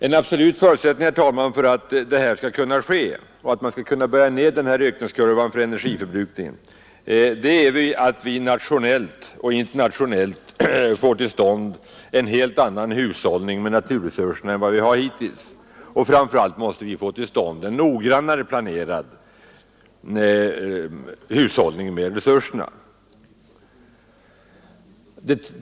En absolut förutsättning, herr talman, för att man skall kunna böja ner ökningskurvan för energiförbrukningen är att vi nationellt och internationellt får till stånd en helt annan hushållning med naturresurser na än hittills och att vi framför allt får till stånd en noggrannare planerad hushållning med dessa resurser.